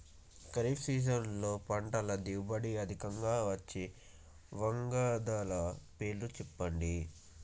ఖరీఫ్ సీజన్లో పంటల దిగుబడి అధికంగా వచ్చే వంగడాల పేర్లు చెప్పండి?